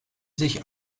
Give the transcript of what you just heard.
sich